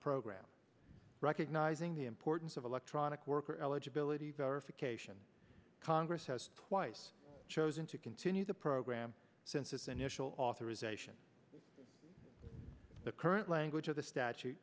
program recognizing the importance of electronic worker eligibility verification congress has twice chosen to continue the program since its initial authorization the current language of the statute